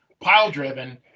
pile-driven